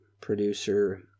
producer